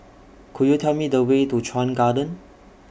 Could YOU Tell Me The Way to Chuan Garden